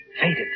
faded